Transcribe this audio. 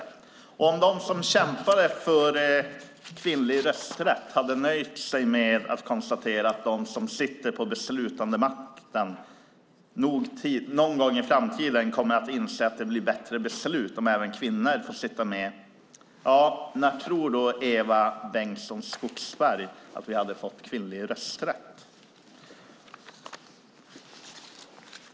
Om det var så att de som kämpade för kvinnlig rösträtt hade nöjt sig med att konstatera att de som sitter på beslutandemakten någon gång i framtiden kommer att inse att det blir bättre beslut om även kvinnor får sitta med, när tror då Eva Bengtson Skogsberg att vi hade fått kvinnlig rösträtt?